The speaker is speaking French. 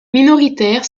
minoritaire